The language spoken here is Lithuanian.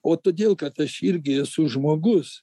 o todėl kad aš irgi esu žmogus